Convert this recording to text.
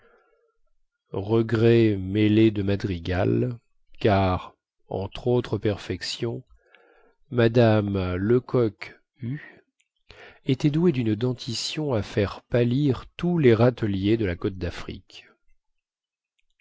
regret mêlé de madrigal car entre autres perfections mme lecoqhue était douée dune dentition à faire pâlir tous les râteliers de la côte dafrique